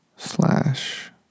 slash